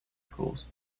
schools